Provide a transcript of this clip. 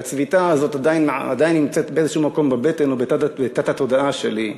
והצביטה הזאת עדיין נמצאת באיזה מקום בבטן או בתת-התודעה שלי,